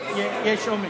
אתה רוצה לסבך,